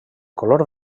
color